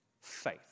Faith